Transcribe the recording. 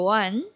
one